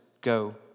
go